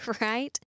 right